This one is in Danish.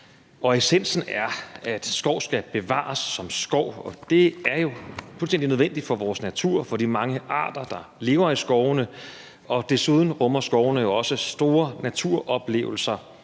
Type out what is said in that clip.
Essensen er, at skov skal bevares som skov, og det er jo fuldstændig nødvendigt for vores natur og for de mange arter, der lever i skovene. Desuden rummer skovene jo også store naturoplevelser